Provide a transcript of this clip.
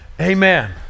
Amen